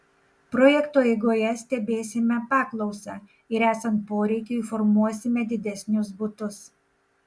projekto eigoje stebėsime paklausą ir esant poreikiui formuosime didesnius butus